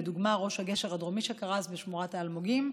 לדוגמה ראש הגשר הדרומי שקרס בשמורת האלמוגים,